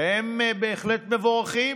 והם בהחלט מבורכים,